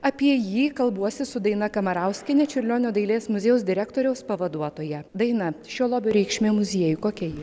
apie jį kalbuosi su daina kamarauskiene čiurlionio dailės muziejaus direktoriaus pavaduotoja daina šio lobio reikšmė muziejuj kokia ji